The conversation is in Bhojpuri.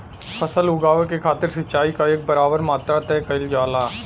फसल उगावे के खातिर सिचाई क एक बराबर मात्रा तय कइल जाला